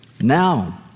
Now